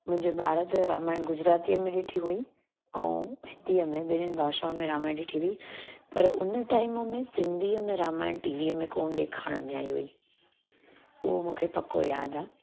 मुंहिंजे ॿार त रामायण गुजरातीअ में ॾिठी हुई ऐं हिन्दीअ में ॿिन्हनि भाषाऊनि में रामायण ॾिठी हुई पर हुन टाइम में सिंधीअ में रामायण टीवीअ में कोन ॾेखारण में आई हुई उहो मूंखे पको यादि आहे